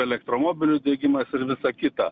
elektromobilių diegimas ir visa kita